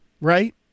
right